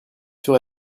sur